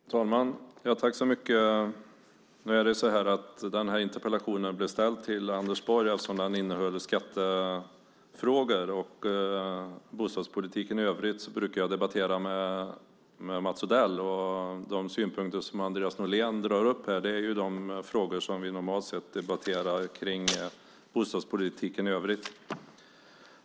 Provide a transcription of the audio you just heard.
Fru talman! Tack så mycket för svaret. Interpellationen blev ställd till Anders Borg eftersom den innehöll skattefrågor. Bostadspolitiken i övrigt brukar jag debattera med Mats Odell. De synpunkter som Andreas Norlén tar upp här är de frågor som vi normalt sett debatterar när det gäller bostadspolitiken i övrigt.